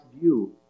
view